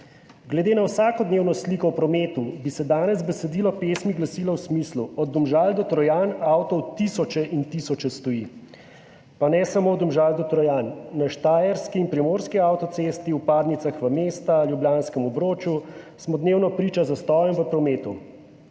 Glede na vsakodnevno sliko v prometu bi se danes besedilo pesmi glasilo v smislu: od Domžal do Trojan avtov tisoče in tisoče stoji. Pa ne samo od Domžal do Trojan, na štajerski in primorski avtocesti, vpadnicah v mesta, ljubljanskem obroču smo dnevno priča zastojem v prometu.